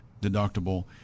deductible